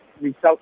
result